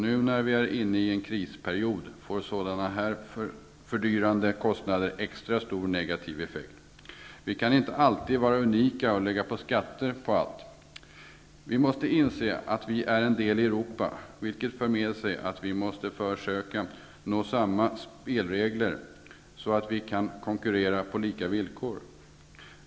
Nu när vi är inne i en krisperiod får sådana här fördyrande kostnader extra stor negativ effekt. Vi kan inte alltid vara unika och lägga på skatter på allt. Vi måste inse att vi är en del av Europa, vilket för med sig att vi måste försöka nå samma spelregler så att vi kan konkurrera på lika villkor.